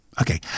Okay